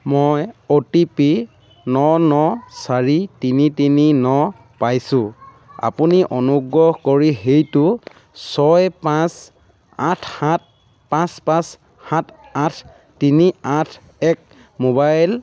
মই O T P ন ন চাৰি তিনি তিনি ন পাইছোঁ আপুনি অনুগ্ৰহ কৰি সেইটো ছয় পাঁচ আঠ সাত পাঁচ পাঁচ সাত আঠ তিনি আঠ এক মোবাইল